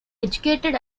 educated